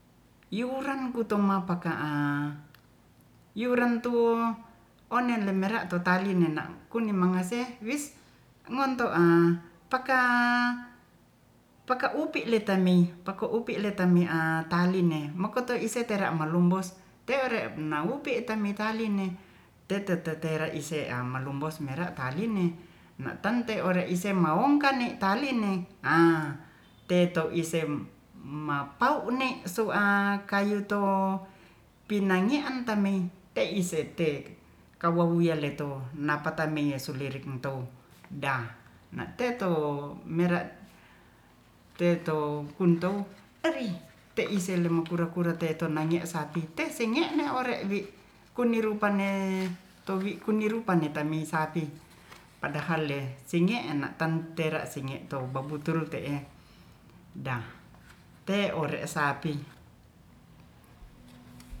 Yuworang kuto ma'pa ka'a yurantu one'lemerato tutali nena'kuni mangase wis monto'a paka- upi letamei paka upi letameia tali ne makatouise tera malumbos teyore na'u pi tami tali ne teteteire esean malumbos meire tali ne na'tante ore iseng mawungkane tali'ne ha tetoisem mapaune su'a kayuto pinangean tamei teisete kawuyaleto napa tamiyesulirik da na'teto mere' tetou kuntou eri teise lemokure-kure te'to nange sapi te'senggene ore'wi kunirupane kowi tu'wirupane tameisapi padahalle singe'e natan tera singe'e tou babuturu te'e dah te'ore sapi